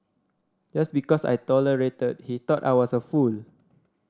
just because I tolerated he thought I was a fool